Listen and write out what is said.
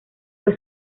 fue